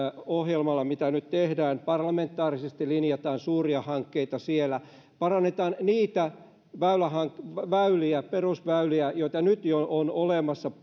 ohjelmalla mitä nyt tehdään ja parlamentaarisesti linjaamme suuria hankkeita siellä parannamme niitä väyliä perusväyliä joita nyt jo on olemassa